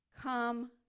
come